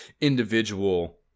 individual